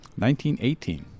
1918